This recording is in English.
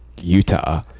Utah